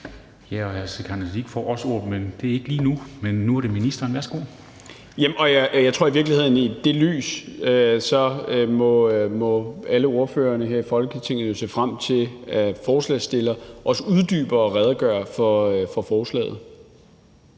Kl. 10:49 Ministeren for ligestilling (Peter Hummelgaard): Jeg tror i virkeligheden, at i det lys må alle ordførerne her i Folketinget jo se frem til, at forslagsstiller også uddyber og redegør for forslaget.